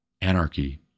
anarchy